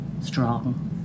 strong